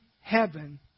heaven